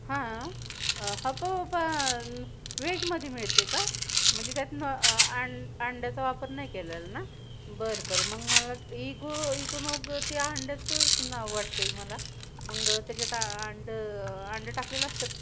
हां हप्पाबप्पा व्हेजमध्ये मिळते का म्हणजे त्यात न अं अंड्याचा वापर नाही केलेला ना बरं बरं मग मला इगो इकोनोग ते अंड्याचंच नाव वाटतं आहे मला मग त्याच्यात अंड अंडं टाकलेलं असतं